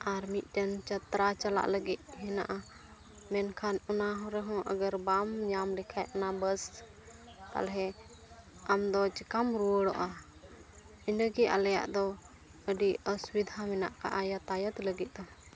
ᱟᱨ ᱢᱤᱫᱴᱮᱱ ᱡᱟᱛᱨᱟ ᱪᱟᱞᱟᱜ ᱞᱟᱹᱜᱤᱫ ᱦᱮᱱᱟᱜᱼᱟ ᱢᱮᱱᱠᱷᱟᱱ ᱚᱱᱟ ᱨᱮᱦᱚᱸ ᱟᱜᱟᱨ ᱵᱟᱢ ᱧᱟᱢ ᱞᱮᱠᱷᱟᱱ ᱚᱱᱟ ᱵᱟᱥ ᱛᱟᱦᱚᱞᱮ ᱟᱢᱫᱚ ᱪᱤᱠᱟᱹᱢ ᱨᱩᱣᱟᱹᱲᱚᱜᱼᱟ ᱤᱱᱟᱹᱜᱮ ᱟᱞᱮᱭᱟᱜ ᱫᱚ ᱟᱹᱰᱤ ᱚᱥᱩᱵᱤᱫᱷᱟ ᱢᱮᱱᱟᱜ ᱟᱠᱟᱫᱼᱟ ᱡᱟᱛᱟᱭᱟᱛ ᱞᱟᱹᱜᱤᱫ ᱫᱚ